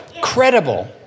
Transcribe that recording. Credible